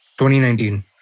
2019